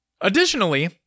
Additionally